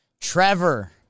Trevor